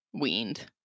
weaned